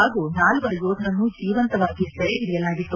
ಹಾಗು ನಾಲ್ವರು ಯೋಧರನ್ನು ಜೀವಂತವಾಗಿ ಸೆರೆ ಓಡಿಯಲಾಗಿತ್ತು